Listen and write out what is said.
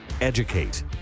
Educate